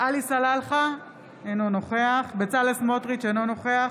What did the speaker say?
עלי סלאלחה, אינו נוכח בצלאל סמוטריץ' אינו נוכח